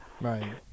Right